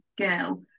girl